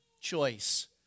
choice